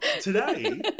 Today